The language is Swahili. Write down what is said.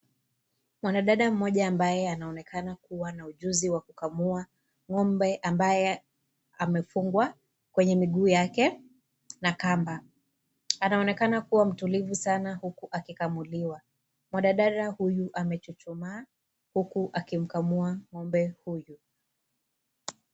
Mwana dada mmoja ambaye anaonekana kuwa na ujuzi wa kukamua ng'ombe ambaye amefungwa kwenye miguu yake na kamba. Anaonekana kuwa mtulivu sana huku akikamuliwa. Mwanadada huyu amechuchuma huku akimkamua ng'ombe huyu.